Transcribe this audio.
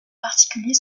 particulier